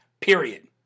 period